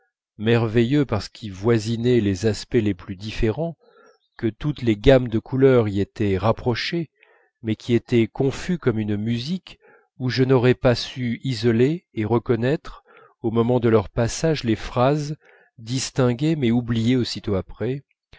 merveilleux parce qu'y voisinaient les aspects les plus différents que toutes les gammes de couleurs y étaient rapprochées mais qui était confus comme une musique où je n'aurais pas su isoler et reconnaître au moment de leur passage les phrases distinguées mais oubliées aussitôt après